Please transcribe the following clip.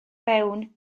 fewn